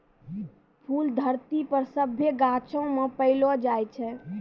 फूल धरती पर सभ्भे गाछौ मे पैलो जाय छै